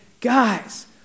guys